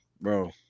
Bro